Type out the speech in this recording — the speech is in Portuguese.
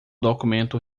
documento